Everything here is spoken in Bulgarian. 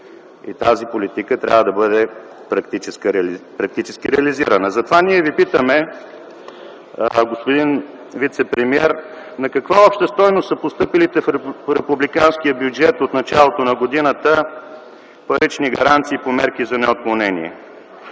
и тази политика трябва да бъде практически реализирана. Затова ние Ви питаме, господин вицепремиер: на каква обща стойност са постъпилите в републиканския бюджет от началото на годината парични гаранции по мерки за неотклонение?